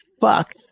fuck